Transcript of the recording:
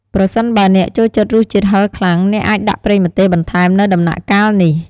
ប្រសិនបើអ្នកចូលចិត្តរសជាតិហឹរខ្លាំង អ្នកអាចដាក់ប្រេងម្ទេសបន្ថែមនៅដំណាក់កាលនេះ។